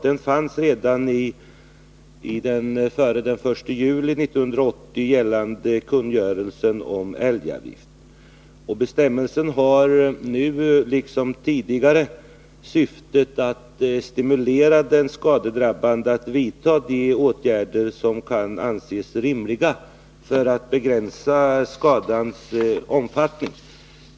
Den fanns redan i den före den 1 juli 1980 gällande kungörelsen om älgavgift. Bestämmelsen har nu liksom tidigare syftet att stimulera den som riskerar att drabbas av skador att vidta de. åtgärder som kan anses rimliga för att begränsa skadans omfattning.